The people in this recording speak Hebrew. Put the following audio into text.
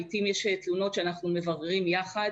לעתים יש תלונות שאנחנו מבררים יחד